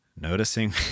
Noticing